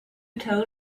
told